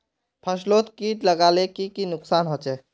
फसलोत किट लगाले की की नुकसान होचए?